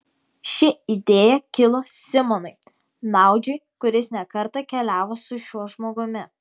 ši idėja kilo simonui naudžiui kuris ne kartą keliavo su šiuo žmogumi